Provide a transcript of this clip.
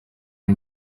rya